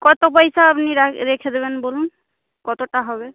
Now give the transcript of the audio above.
কত পয়সা আপনি রা রেখে দেবেন বলুন কতটা হবে